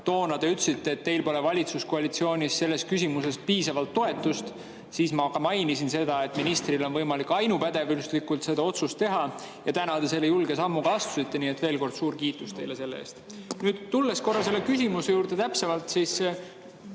Toona te ütlesite, et teil pole valitsuskoalitsioonis selles küsimuses piisavalt toetust. Siis ma ka mainisin, et ministril on võimalik ainupädevuslikult seda otsust teha, ja täna te selle julge sammu astusite. Nii et veel kord: suur kiitus teile selle eest! Nüüd tulen korra küsimuse juurde täpsemalt.